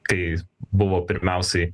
kai buvo pirmiausiai